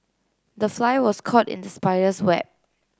the fly was caught in the spider's web